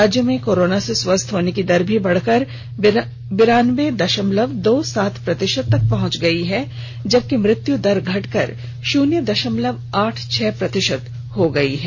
राज्य में कोरोना से स्वस्थ होने की दर भी बढ़कर बिरान्बे दशमलव दो सात प्रतिशत तक पहुंच गई है जबकि मृत्यु दर घटकर शून्य दशमलव आठ छह प्रतिशत हो गई है